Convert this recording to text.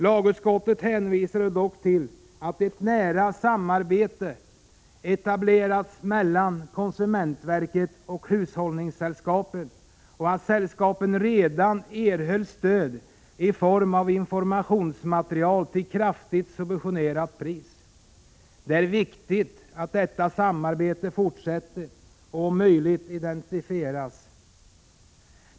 Lagutskottet hänvisade dock till att ett nära samarbete etablerats mellan konsumentverket och hushållningssällskapen, och att sällskapen redan erhöll stöd i form av informationsmaterial till kraftigt subventionerat pris. Det är viktigt att detta samarbete fortsätter och om möjligt intensifieras.